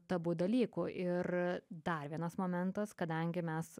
tabu dalyku ir dar vienas momentas kadangi mes